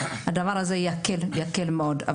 הדבר הזה יקל מאוד,